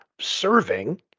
serving